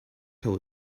tell